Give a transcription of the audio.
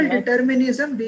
Determinism